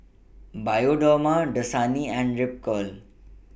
Bioderma Dasani and Ripcurl